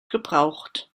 gebraucht